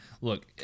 look